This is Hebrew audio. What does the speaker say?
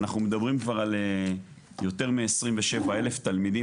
אנחנו מדברים כבר על יותר מ 27 אלף תלמידים